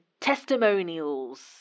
testimonials